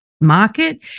market